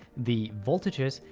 the voltages,